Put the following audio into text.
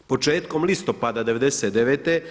Početkom listopada '99.